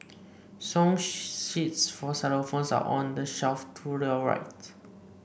song sheets for xylophones are on the shelf to your right